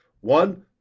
One